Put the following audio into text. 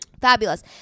Fabulous